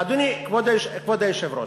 אדוני כבוד היושב-ראש,